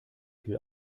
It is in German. viel